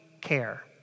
care